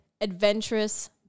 adventurous